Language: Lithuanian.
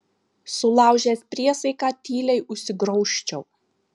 sulaužęs priesaiką tyliai užsigraužčiau